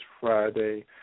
Friday